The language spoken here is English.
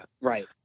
right